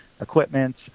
equipment